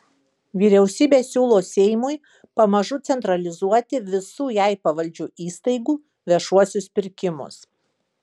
vyriausybė siūlo seimui pamažu centralizuoti visų jai pavaldžių įstaigų viešuosius pirkimus